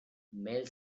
male